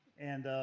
and